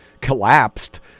collapsed